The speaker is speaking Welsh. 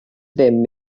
ddim